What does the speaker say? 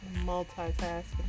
multitasking